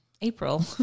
April